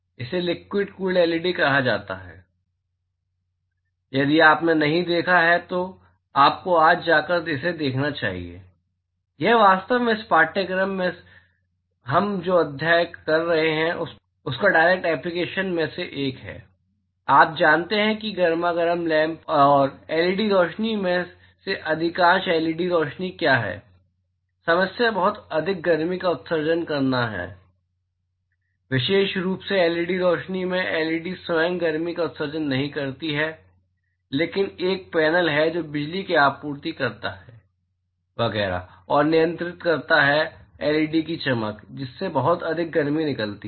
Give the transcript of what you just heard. इसे liquid cooled LED कहा जाता है यदि आपने नहीं देखा है तो आपको आज जाकर इसे देखना चाहिए यह वास्तव में इस पाठ्यक्रम में हम जो अध्ययन कर रहे हैं उसका डायरेक्ट एप्लीकेशन में से एक है आप जानते हैं कि इस गरमागरम लैंप और एलईडी रोशनी में से अधिकांश एलईडी रोशनी क्या हैं समस्या बहुत अधिक गर्मी का उत्सर्जन करती है विशेष रूप से एलईडी रोशनी में एलईडी स्वयं गर्मी का उत्सर्जन नहीं करती है लेकिन एक पैनल है जो बिजली की आपूर्ति करता है वगैरह और नियंत्रित करता है एलईडी की चमक जिससे बहुत अधिक गर्मी निकलती है